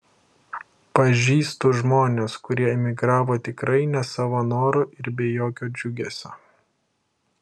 pažįstu žmones kurie emigravo tikrai ne savo noru ir be jokio džiugesio